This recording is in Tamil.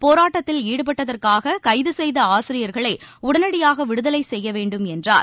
போராட்டத்தில் ஈடுபட்டதற்காக கைது செய்த ஆசிரியர்களை உடனடியாக விடுதலை செய்ய வேண்டும் என்றார்